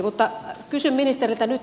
mutta kysyn ministeriltä nyt